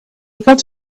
got